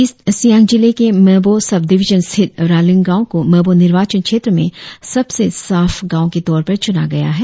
east Siang जिले के Mebo sub division स्थित रालिंग गांव को मेबो निर्वाचन क्षेत्र में सबसे साफ गांव के तौर पर चुना गया है